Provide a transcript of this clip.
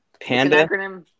Panda